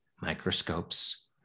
microscopes